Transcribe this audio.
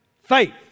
faith